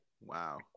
Wow